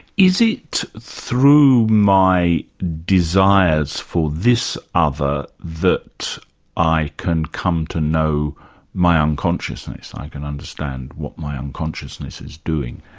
is it through my desires for this other that i can come to know my unconsciousness i can understand what my unconsciousness is doing?